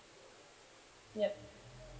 ya